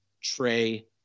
Trey